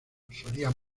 solían